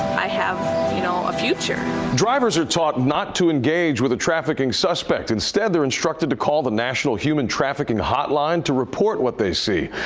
i have you know a future. reporter drivers are taught not to engage with the trafficking suspect. instead they're instructed to call the national human trafficking hotline to report what they see.